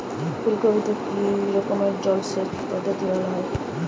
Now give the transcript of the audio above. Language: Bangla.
ফুলকপিতে কি রকমের জলসেচ পদ্ধতি ভালো হয়?